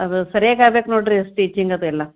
ಅದು ಸರ್ಯಾಗಿ ಆಗ್ಬೇಕು ನೋಡಿರಿ ಸ್ಟಿಚಿಂಗ್ ಅದೆಲ್ಲ